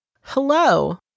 Hello